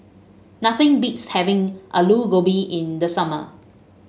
nothing beats having Aloo Gobi in the summer